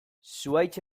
zuhaitz